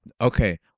Okay